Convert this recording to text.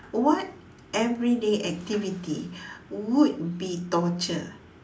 what everyday activity would be torture